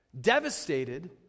devastated